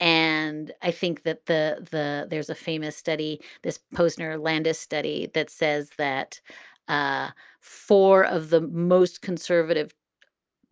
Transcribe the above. and i think that the the there's a famous study, this posner landis study, that says that ah four of the most conservative